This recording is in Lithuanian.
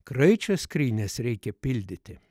kraičio skrynias reikia pildyti